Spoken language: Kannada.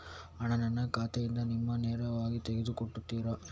ಹಣ ನನ್ನ ಖಾತೆಯಿಂದ ನೀವು ನೇರವಾಗಿ ತೆಗೆದು ಕಟ್ಟುತ್ತೀರ?